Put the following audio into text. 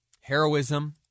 heroism